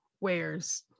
wares